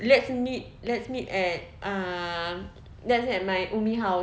let's meet let's meet at um let's meet at my umi house